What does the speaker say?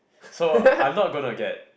so I'm not gonna get